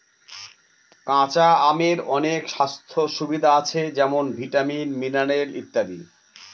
কাঁচা আমের অনেক স্বাস্থ্য সুবিধা আছে যেমন ভিটামিন, মিনারেল ইত্যাদি